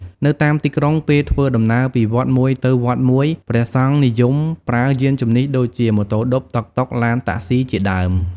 នៅតាមទីក្រុង ពេលធ្វើដំណើរពីវត្តមួយទៅវត្តមួយ ព្រះសង្ឃនិយមប្រើយានជំនិះដូចជា ម៉ូតូឌុប តុកតុក ឡានតាក់សុីជាដើម។